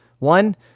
One